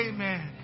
Amen